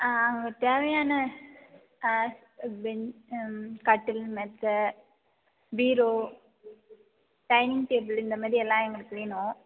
ஆ தேவையான ஆ பெட் ம் கட்டில் மெத்தை பீரோ டைனிங் டேபிள் இந்தமாதிரியெல்லாம் எங்களுக்கு வேணும்